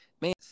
Man